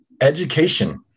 education